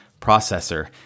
processor